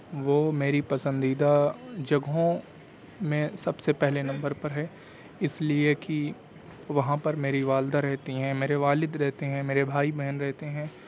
وہ میری پسندیدہ جگہوں میں سب سے پہلے نمبر پر ہے اس لیے کہ وہاں پر میری والدہ رہتی ہیں میرے والد رہتے ہیں میرے بھائی بہن رہتے ہیں